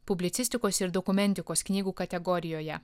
publicistikos ir dokumentikos knygų kategorijoje